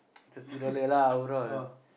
thirty dollar lah overall